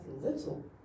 little